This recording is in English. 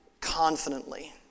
confidently